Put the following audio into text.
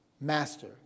Master